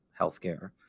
healthcare